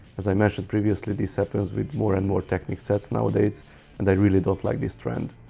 as i mentioned previously this happens with more and more technic sets nowadays and i really don't like this trend.